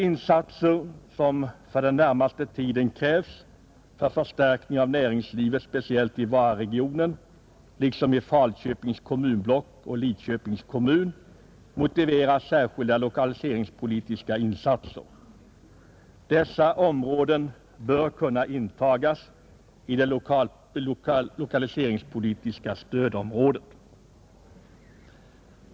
Vad som för den närmaste tiden krävs för förstärkning av näringslivet speciellt i Vararegionen, liksom i Falköpings kommunblock och Lidköpings kommun, är särskilda lokaliseringspolitiska insatser. Dessa områden bör kunna intagas i det lokaliseringspolitiska stödområdet.